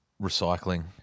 recycling